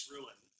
Ruin